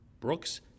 Brooks